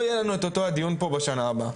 יהיה לנו את אותו הדיון פה בשנה הבאה.